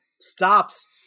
stops